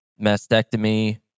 mastectomy